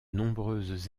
nombreuses